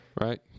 Right